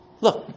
Look